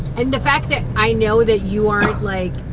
and the fact that i know that you aren't, like,